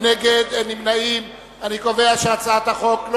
ההצעה להסיר מסדר-היום את הצעת חוק הספקת החשמל (הוראת שעה)